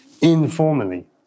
informally